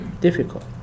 difficult